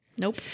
Nope